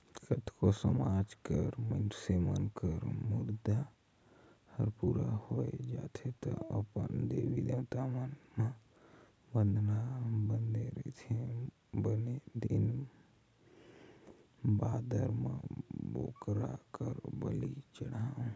कतको समाज कर मइनसे मन कर मुराद हर पूरा होय जाथे त अपन देवी देवता मन म बदना बदे रहिथे बने दिन बादर म बोकरा कर बली चढ़ाथे